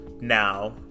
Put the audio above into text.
Now